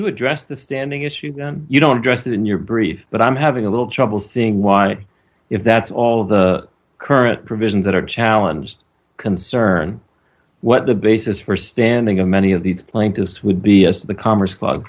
you address the standing issue you don't dress it in your brief but i'm having a little trouble seeing why if that's all of the current provisions that are challengers concern what the basis for standing of many of these plaintiffs would be as to the commerce cl